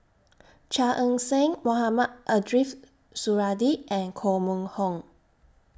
Chia Ann Siang Mohamed Ariff Suradi and Koh Mun Hong